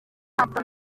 ntabwo